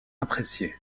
apprécié